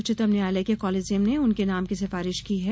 उच्चतम न्यायालय के कॉलिजियम ने उनके नाम की सिफारिश की है